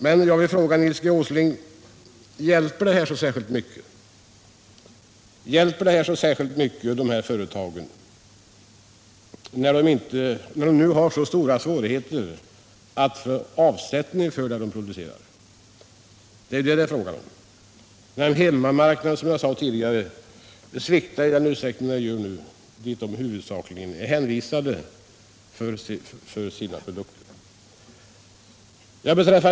Men jag vill fråga Nils Åsling: Hjälper det särskilt mycket dessa företag som har så stora svårigheter med att få avsättning för vad de producerar, när den hemmamarknad till vilken de i huvudsak är hänvisade sviktar i den omfattning som den nu gör?